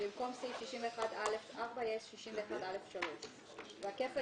במקום סעיף 61(א)(4) יהיה 61(א)(3) והכפל